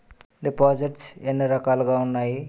దిపోసిస్ట్స్ ఎన్ని రకాలుగా ఉన్నాయి?